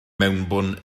mewnbwn